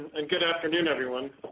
and good afternoon, everyone.